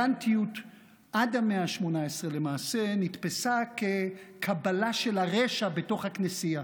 עד המאה ה-18 טולרנטיות למעשה נתפסה כקבלה של הרשע בתוך הכנסייה.